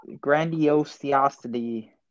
grandiosity